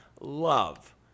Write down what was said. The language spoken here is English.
love